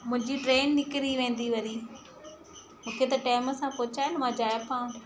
मुंहिंजी ट्रेन निकिरी वेंदी वरी मूंखे त टाइम सां पहुचायो न मां जाइफ़ा